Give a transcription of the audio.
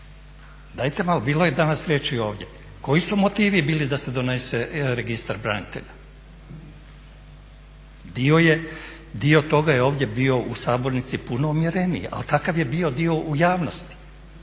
dajte malo, bilo je danas riječi ovdje. Koji su motivi bili da se donese registar branitelja? Dio toga je ovdje bio puno umjereniji ali kakav je bio dio u javnosti?